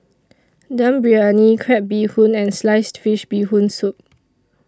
Dum Briyani Crab Bee Hoon and Sliced Fish Bee Hoon Soup